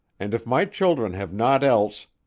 and if my children have naught else,